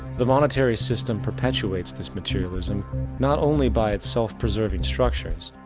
the monetary system perpetuates this materialism not only by it's self-preserving structures,